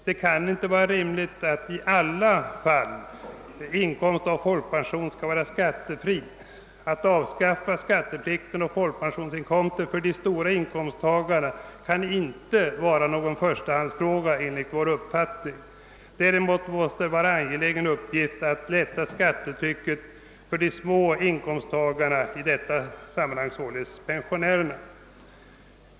Det kan inte vara rimligt att i samtliga fall inkomst av folkpension skall vara skattefri. Att avskaffa skatteplikten på folkpensionsinkomster för de stora inkomsttagarna kan inte vara någon förstahandsfråga enligt vår uppfattning. Däremot måste det vara en angelägen uppgift att lätta skattetrycket för de små inkomsttagarna — i detta sammanhang folkpensionärerna.